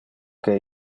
que